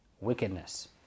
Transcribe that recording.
wickedness